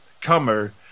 comer